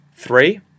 three